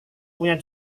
punya